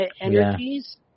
energies